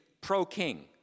pro-king